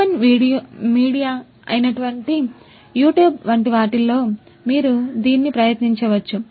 open media అయినటువంటి YouTube వంటివాటిల్లో లో మీరు దీన్ని ప్రయత్నించవచ్చు